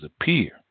appear